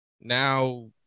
now